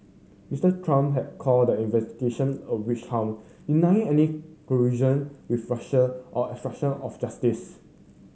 Mister Trump has called the investigation a witch hunt denying any collusion with Russia or obstruction of justice